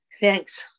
Thanks